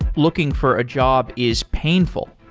looking for a job is painful,